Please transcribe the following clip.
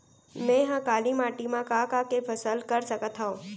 मै ह काली माटी मा का का के फसल कर सकत हव?